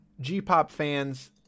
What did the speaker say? gpopfans